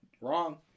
Wrong